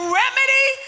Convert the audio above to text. remedy